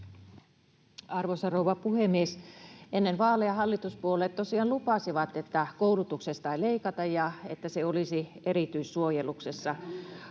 Arvoisa rouva puhemies! Ennen vaaleja hallituspuolueet tosiaan lupasivat, että koulutuksesta ei leikata ja että se olisi erityissuojeluksessa.